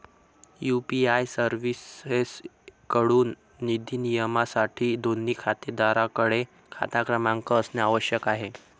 UPI सर्व्हिसेसएकडून निधी नियमनासाठी, दोन्ही खातेधारकांकडे खाता क्रमांक असणे आवश्यक आहे